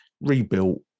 rebuilt